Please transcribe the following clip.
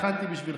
הכנתי בשבילך.